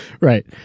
Right